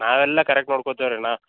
ನಾವೆಲ್ಲ ಕರೆಕ್ಟ್ ನೋಡ್ಕೊತೇವೆ ರೀ ನಾ